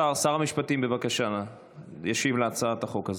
השר, שר המשפטים, ישיב על הצעת החוק הזאת.